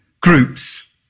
groups